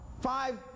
five